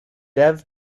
dev